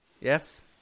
Yes